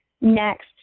next